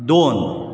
दोन